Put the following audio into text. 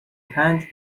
پنج